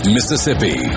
Mississippi